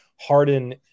Harden